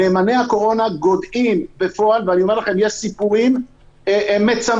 "נאמני הקורונה" גודעים בפועל יש סיפורים מצמררים.